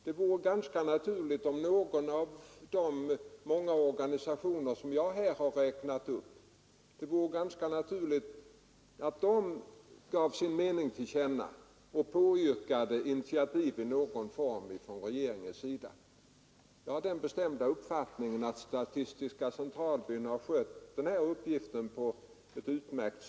Det vore ganska naturligt om någon av de många organisationer som jag har räknat upp gav sin mening till känna och påyrkade initiativ i någon form från regeringens sida. Jag har den bestämda uppfattningen att statistiska centralbyrån har skött denna uppgift utmärkt.